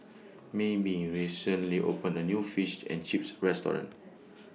Mayme recently opened A New Fish and Chips Restaurant